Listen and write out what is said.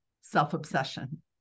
self-obsession